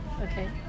Okay